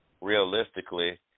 realistically